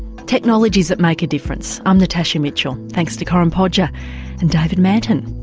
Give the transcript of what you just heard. technologies that make a difference. i'm natasha mitchell. thanks to corinne podger and david manton